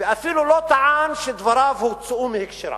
ואפילו לא טען שדבריו הוצאו מהקשרם.